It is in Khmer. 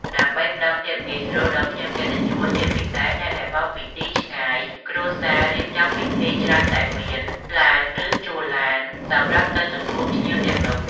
ដើម្បីផ្តល់ភាពងាយស្រួលដល់ភ្ញៀវកិត្តិយស ជាពិសេសអ្នកដែលមកពីទីឆ្ងាយ គ្រួសាររៀបចំពិធីច្រើនតែមាន ឡាន ឬជួលឡាន សម្រាប់ទៅទទួលភ្ញៀវទាំងនោះ។